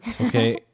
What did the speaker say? okay